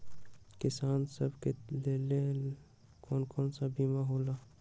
किसान सब के लेल कौन कौन सा बीमा होला?